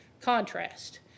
contrast